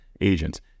agents